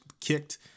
kicked